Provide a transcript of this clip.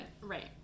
Right